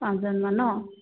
পাঁচজনমান নহ্